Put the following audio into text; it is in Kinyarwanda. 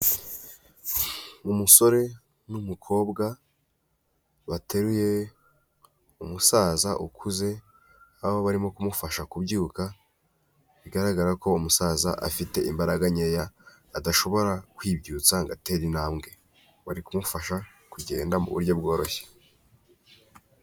Umusore n'umukobwa bateruye umusaza ukuze aho barimo kumufasha kubyuka, bigaragara ko umusaza afite imbaraga nkeya adashobora kwibyutsa ngatera intambwe, bari kumufasha kugenda mu buryo bworoshye.